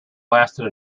lasted